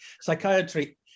Psychiatry